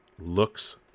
looks